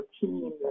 team